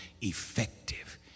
effective